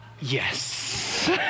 yes